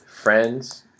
friends